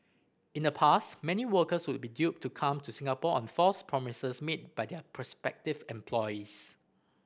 in the past many workers would be duped to come to Singapore on false promises made by their prospective employees